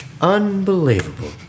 unbelievable